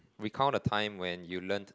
recount a time when you learnt